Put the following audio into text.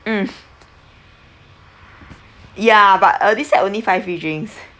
mm ya but uh this set only five free drinks